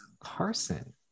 Carson